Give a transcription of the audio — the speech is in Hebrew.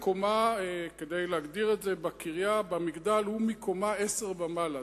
כדי להגדיר את זה הוא במגדל מקומה 10 ומעלה,